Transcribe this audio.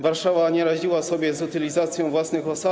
Warszawa nie radziła sobie z utylizacją własnych osadów.